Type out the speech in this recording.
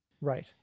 Right